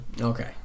Okay